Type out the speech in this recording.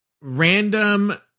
random